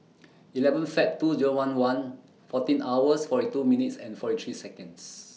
eleven Feb two Zero one one fourteen hours forty two minutes and forty three Seconds